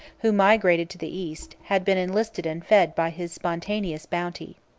who migrated to the east, had been enlisted and fed by his spontaneous bounty.